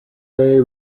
bay